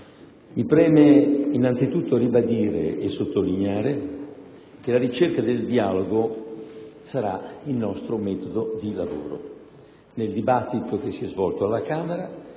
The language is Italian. Mi preme innanzitutto ribadire e sottolineare che la ricerca del dialogo sarà il nostro metodo di lavoro. Nel dibattito che si è svolto alla Camera